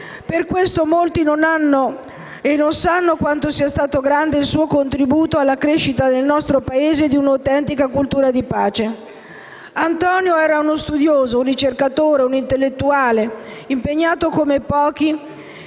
Per questo motivo, molti non sanno quanto grande sia stato il suo contributo alla crescita nel nostro Paese di un'autentica cultura della pace. Antonio era uno studioso, un ricercatore e un intellettuale impegnato come pochi